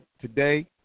today